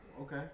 Okay